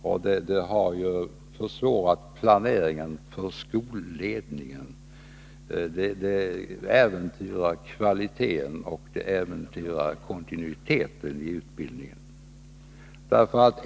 Det har försvårat planeringen för skolledningen, och det äventyrar kvaliteten och kontinuiteteni utbildningen.